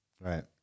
Right